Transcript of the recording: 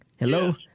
Hello